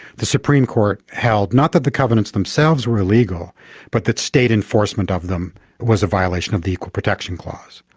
the supreme court held not that the covenants themselves were illegal but that state enforcement of them was a violation of the equal protection clause.